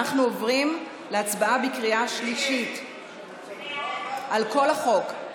אנחנו עוברים להצבעה בקריאה שלישית על כל החוק.